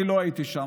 אני לא הייתי שם,